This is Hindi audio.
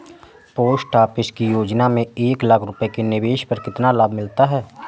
पोस्ट ऑफिस की योजना में एक लाख रूपए के निवेश पर कितना लाभ मिलता है?